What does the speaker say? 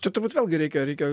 čia turbūt vėlgi reikia reikia